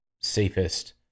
safest